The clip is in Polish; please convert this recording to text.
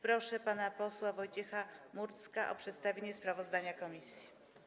Proszę pana posła Wojciecha Murdzka o przedstawienie sprawozdania komisji.